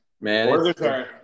Man